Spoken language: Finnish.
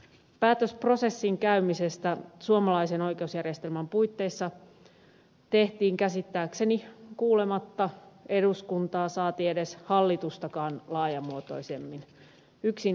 päätös prosessin käymisestä suomalaisen oikeusjärjestelmän puitteissa tehtiin käsittääkseni kuulematta eduskuntaa saati edes hallitustakaan laajamuotoisemmin yksin ministerin päätöksellä